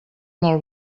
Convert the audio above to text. molt